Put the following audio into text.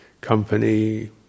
company